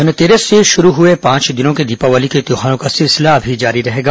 धनतेरस से शुरू हुए पांच दिनों के दीपावली के त्यौहारों का सिलसिला अभी जारी रहेगा